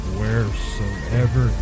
wheresoever